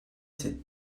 ces